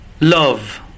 love